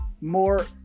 more